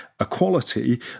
equality